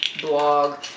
blog